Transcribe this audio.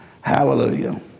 Hallelujah